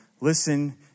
listen